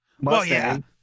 Mustang